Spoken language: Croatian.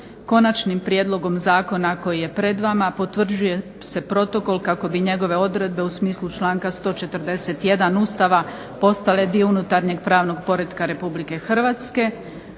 Konačnim prijedlogom zakona koji je pred vama potvrđuje se protokol kako bi njegove odredbe u smislu članka 141. Ustava postale dio unutarnjeg pravnog poretka Republike Hrvatske.